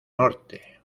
norte